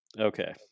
Okay